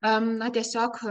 em na tiesiog